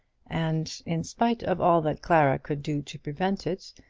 and, in spite of all that clara could do to prevent it,